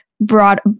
brought